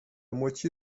moitié